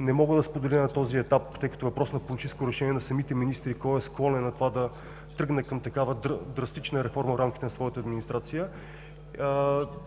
Не мога да споделя на този етап, тъй като е въпрос на политическо решение на самите министри, кой е склонен на това да тръгне към такава драстична реформа в рамките на своята администрация.